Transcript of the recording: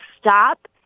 stop